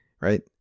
Right